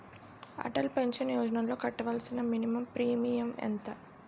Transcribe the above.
Atal pension యోజనలో కట్టవలసిన minimum premium ఎంత?